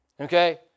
Okay